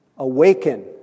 Awaken